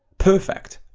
perfect!